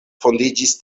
fondiĝis